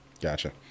Gotcha